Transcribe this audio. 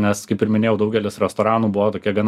nes kaip ir minėjau daugelis restoranų buvo tokia gana